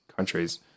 countries